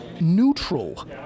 neutral